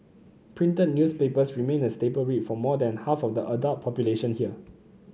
printed newspapers remain a staple read for more than half of the adult population here